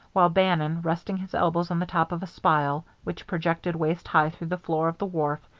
while bannon, resting his elbows on the top of a spile which projected waist high through the floor of the wharf,